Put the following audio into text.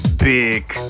Big